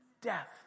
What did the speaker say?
Death